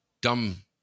dumb